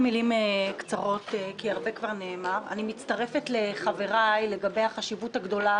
אני מצטרפת לחבריי לגבי החשיבות הגדולה